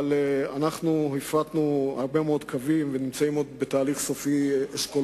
אבל אנחנו הפרטנו הרבה מאוד קווים ואשכולות נוספים נמצאים בתהליך סופי.